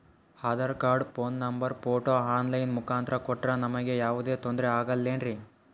Aadhaar card, phone number, photo online ಮುಖಾಂತ್ರ ಕೊಟ್ರ ನಮಗೆ ಯಾವುದೇ ತೊಂದ್ರೆ ಆಗಲೇನ್ರಿ?